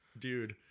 Dude